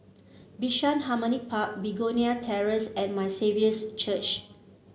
Bishan Harmony Park Begonia Terrace and My Saviour's Church